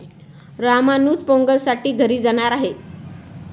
रामानुज पोंगलसाठी घरी जाणार आहे